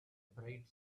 bright